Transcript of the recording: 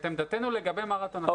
את עמדתנו לגבי מרתון, אתה יודע.